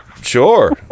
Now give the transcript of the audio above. Sure